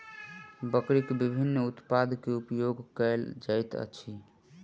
बकरीक विभिन्न उत्पाद के उपयोग कयल जाइत अछि